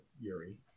Yuri